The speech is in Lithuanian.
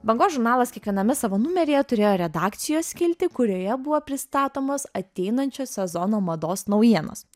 bangos žurnalas kiekviename savo numeryje turėjo redakcijos skiltį kurioje buvo pristatomos ateinančio sezono mados naujienos